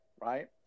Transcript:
Right